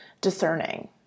discerning